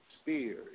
sphere